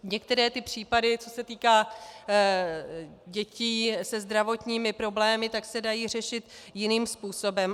Některé případy, co se týká dětí se zdravotními problémy, se dají řešit jiným způsobem.